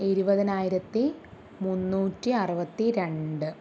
ഇരുപതിനായിരത്തി മുന്നൂറ്റി അറുപത്തി രണ്ട്